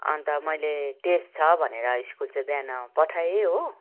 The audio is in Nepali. अन्त मैले टेस्ट छ भनेर स्कुल चाहिँ बिहान पठाएँ हो